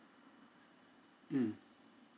mm